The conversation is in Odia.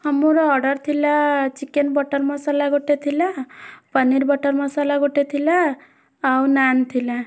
ହଁ ମୋର ଅର୍ଡ଼ର୍ ଥିଲା ଚିକେନ୍ ବଟର୍ ମସଲା ଗୋଟେ ଥିଲା ପନିର ବଟର୍ ମସଲା ଗୋଟେ ଥିଲା ଆଉ ନାନ୍ ଥିଲା